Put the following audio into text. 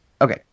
Okay